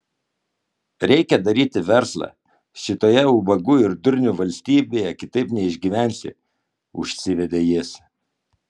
reikia daryti verslą šitoje ubagų ir durnių valstybėje kitaip neišgyvensi užsivedė jis